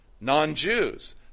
non-Jews